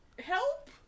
Help